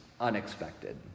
unexpected